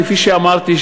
כפי שאמרתי,